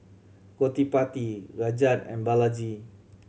Gottipati Rajat and Balaji